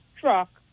truck